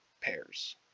pairs